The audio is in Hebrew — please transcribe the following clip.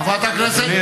חברת הכנסת,